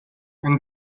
and